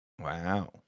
Wow